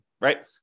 right